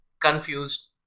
confused